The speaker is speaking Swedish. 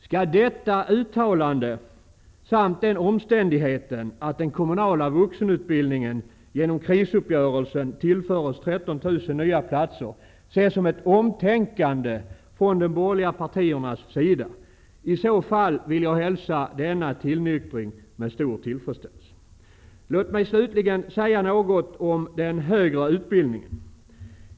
Skall detta uttalande samt den omständigheten att den kommunala vuxenutbildningen genom krisuppgörelsen tillföres 13 000 nya platser ses som ett omtänkande från de borgerliga partiernas sida? I så fall vill jag hälsa denna tillnyktring med stor tillfredsställelse. Låt mig slutligen säga något om den högre utbildningen.